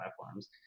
platforms